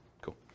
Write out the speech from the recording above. Cool